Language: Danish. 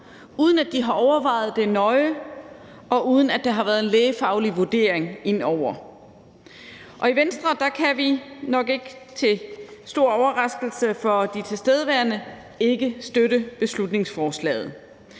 uden at de har overvejet det nøje, og uden at der har været en lægefaglig vurdering ind over. Og i Venstre kan vi, nok ikke til stor overraskelse for de tilstedeværende, ikke støtte beslutningsforslaget.